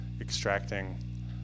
extracting